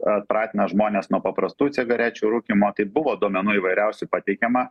atpratina žmones nuo paprastų cigarečių rūkymo tai buvo duomenų įvairiausių pateikiama